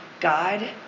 God